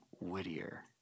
Whittier